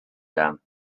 them